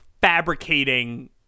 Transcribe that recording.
fabricating